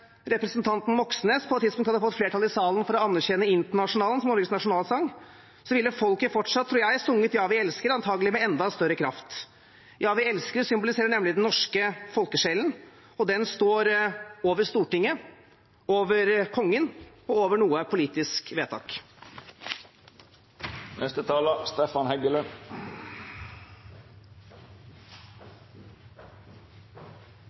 representanten Moxnes på et tidspunkt hadde fått flertall i salen for å anerkjenne «Internasjonalen» som Norges nasjonalsang, ville folket fortsatt, tror jeg, sunget «Ja, vi elsker», antakelig med enda større kraft. «Ja, vi elsker» symboliserer nemlig den norske folkesjelen, og den står over Stortinget, over Kongen og over noe politisk